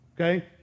Okay